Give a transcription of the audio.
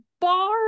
bar